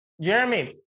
Jeremy